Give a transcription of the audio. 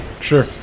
Sure